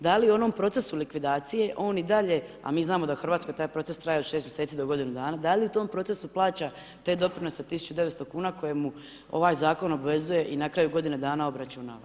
Da li u onom procesu likvidacije on i dalje, a mi znamo da u RH taj proces traje od 6 mjeseci do godinu dana, da li u tom procesu plaća te doprinose 1.900,00 kn koje mu ovaj zakon obvezuje i na kraju godine dana obračunava?